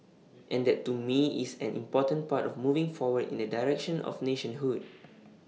and that to me is an important part of moving forward in the direction of nationhood